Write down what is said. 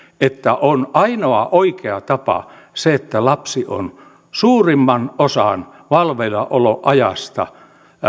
että on ainoa oikea tapa se että lapsi on suurimman osan valveillaoloajasta